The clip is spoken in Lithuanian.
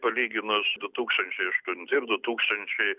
tai palyginus du tūkstančiai aštunti ir du tūkstančiai